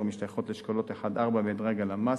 משתייכות לאשכולות 1 4 במדרג הלמ"ס,